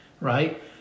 right